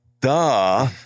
duh